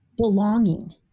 belonging